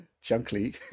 chunky